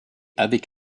avec